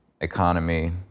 economy